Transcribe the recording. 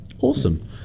Awesome